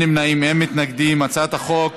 (תיקון,